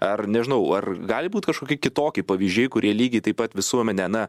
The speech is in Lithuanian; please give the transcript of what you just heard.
ar nežinau ar gali būt kažkokie kitoki pavyzdžiai kurie lygiai taip pat visuomenę na